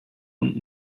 und